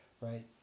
right